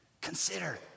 Consider